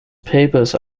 papers